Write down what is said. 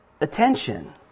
attention